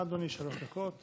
בבקשה, אדוני, שלוש דקות.